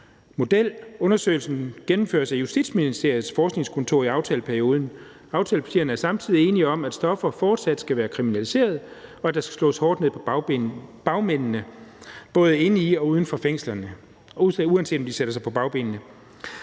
model. Undersøgelsen gennemføres af Justitsministeriets Forskningskontor i aftaleperioden. Aftalepartierne er samtidig enige om, at stoffer fortsat skal være kriminaliseret, og at der skal slås hårdt ned på bagmændene – både inde i og uden for fængslerne« – og uanset om de sætter sig på bagbenene.